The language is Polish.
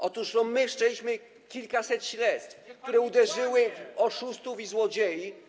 Otóż to my wszczęliśmy kilkaset śledztw, które uderzyły w oszustów i złodziei.